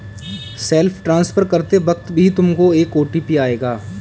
self transfer करते वक्त भी तुमको एक ओ.टी.पी आएगा